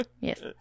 Yes